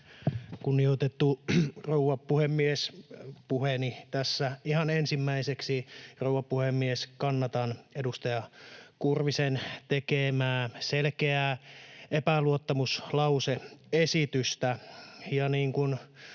Kunnioitettu rouva puhemies! Puheessani tässä ihan ensimmäiseksi, rouva puhemies, kannatan edustaja Kurvisen tekemää selkeää epäluottamuslause-esitystä.